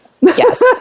Yes